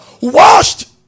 washed